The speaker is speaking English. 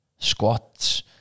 squats